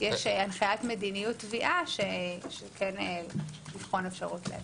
ויש הנחיית מדיניות תביעה לבחון אפשרות להגדיל.